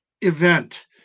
event